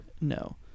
no